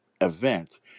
event